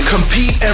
Compete